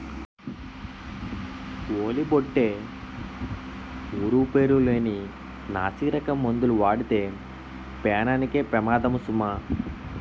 ఓలి బొట్టే ఊరు పేరు లేని నాసిరకం మందులు వాడితే పేనానికే పెమాదము సుమా